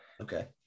Okay